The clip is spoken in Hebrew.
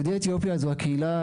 יהודי אתיופיה זו הקהילה,